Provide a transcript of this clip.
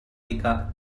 tikah